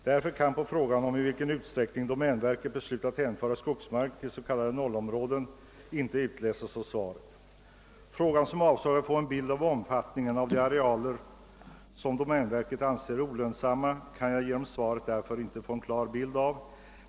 Därför kan besked på frågan om i vilken utsträckning domänverket beslutat hänföra skogsmark till s.k. 0-områden inte utläsas av svaret. Min avsikt med frågan var att få en bild av omfattningen av de arealer som domänverket anser olönsamma, men jag kan inte av svaret få en klar uppfattning om domänverkets inställning.